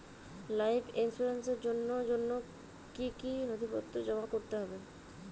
Life ইন্সুরেন্সর জন্য জন্য কি কি নথিপত্র জমা করতে হবে?